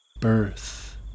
birth